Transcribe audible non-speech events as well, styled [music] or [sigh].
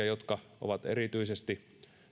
[unintelligible] jotka ovat erityisesti